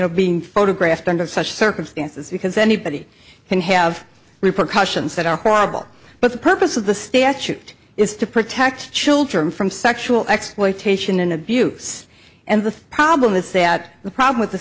know being photographed under such circumstances because anybody can have repercussions that are horrible but the purpose of the statute is to protect children from sexual exploitation and abuse and the problem is that the problem with the